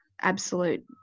absolute